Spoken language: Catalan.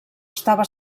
estava